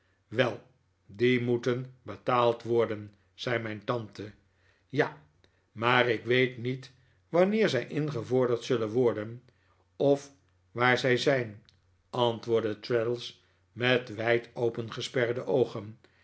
wel die moeten betaald worden zei mijn tante ja maar ik weet niet wanneer zij ingevorderd zullen worden of waar zij zijn antwoordde traddles met wijd opengesperde oogen